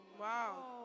Wow